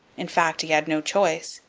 in fact, he had no choice.